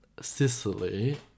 Sicily